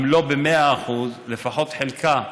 אם לא במאה אחוז אז לפחות חלקית,